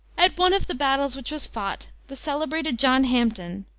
at one of the battles which was fought, the celebrated john hampden,